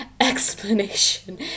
explanation